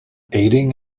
aiding